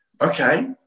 okay